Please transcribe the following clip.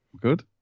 Good